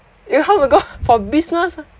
ya how to go for business ah